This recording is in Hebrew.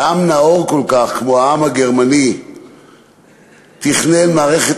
שעם נאור כל כך כמו העם הגרמני תכנן מערכת